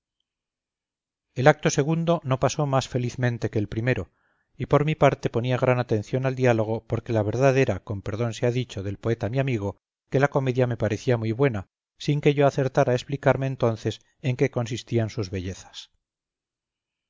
el acto segundo no pasó más felizmente que el primero y por mi parte ponía gran atención al diálogo porque la verdad era con perdón sea dicho del poeta mi amigo que la comedia me parecía muy buena sin que yo acertara a explicarme entonces en qué consistían sus bellezas